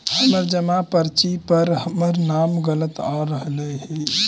हमर जमा पर्ची पर हमर नाम गलत आ रहलइ हे